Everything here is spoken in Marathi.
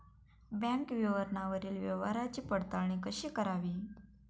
बँक विवरणावरील व्यवहाराची पडताळणी कशी करावी?